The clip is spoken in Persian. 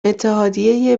اتحادیه